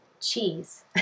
Cheese